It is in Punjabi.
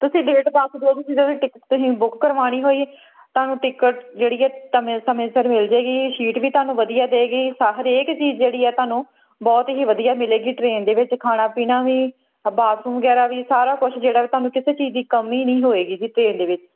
ਤੁਸੀਂ ਡੇਟ ਦੱਸ ਦਿਓ ਜੀ ਜਦੋਂ ਵੀ ਟਿਕਟ ਤੁਸੀਂ ਬੁੱਕ ਕਰਵਾਉਣੀ ਹੋਈ ਤੁਹਾਨੂੰ ਟਿਕਟ ਜਿਹੜੀ ਆ ਟਮੇਂ ਸਮੇਂ ਸਿਰ ਮਿਲ ਜਾਏਗੀ ਸ਼ੀਟ ਵੀ ਤੁਹਾਨੂੰ ਵਧੀਆ ਦੇਗੀ ਸਾ ਹਰੇਕ ਚੀਜ਼ ਜਿਹੜੀ ਆ ਤੁਹਾਨੂੰ ਬਹੁਤ ਹੀ ਵਧੀਆ ਮਿਲੇਗੀ ਟ੍ਰੇਨ ਦੇ ਵਿੱਚ ਖਾਣਾ ਪੀਣਾ ਵੀ ਬਾਥਰੂਮ ਵਗੈਰਾ ਵੀ ਸਾਰਾ ਕੁਛ ਜਿਹੜਾ ਵੀ ਤੁਹਾਨੂੰ ਕਿਸੇ ਚੀਜ਼ ਦੀ ਕਮੀ ਨਹੀਂ ਹੋਏਗੀ ਜੀ ਟਰੇਨ ਦੇ ਵਿੱਚ